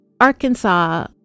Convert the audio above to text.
Arkansas